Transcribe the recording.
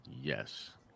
Yes